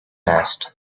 nest